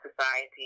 society